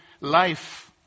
life